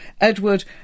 Edward